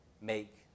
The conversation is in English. make